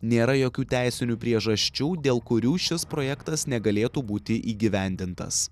nėra jokių teisinių priežasčių dėl kurių šis projektas negalėtų būti įgyvendintas